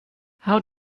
how